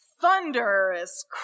thunderous